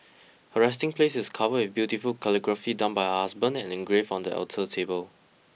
her resting place is covered with beautiful calligraphy done by her husband and engraved on the alter table